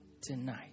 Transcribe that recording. tonight